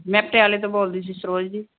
ਮੈਂ ਪਟਿਆਲੇ ਤੋਂ ਬੋਲਦੀ ਸੀ ਸਰੋਜ ਜੀ